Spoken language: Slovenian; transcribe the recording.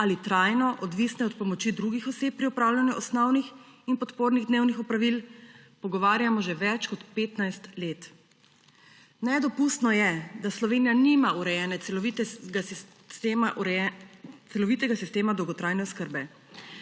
ali trajno odvisni od pomoči drugih oseb pri opravljanju osnovnih in podpornih dnevnih opravil, pogovarjamo že več kot petnajst let. Nedopustno je, da Slovenija nima urejene celovitega sistema dolgotrajne oskrbe.